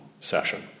session